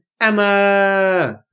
emma